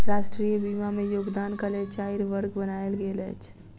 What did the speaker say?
राष्ट्रीय बीमा में योगदानक लेल चाइर वर्ग बनायल गेल अछि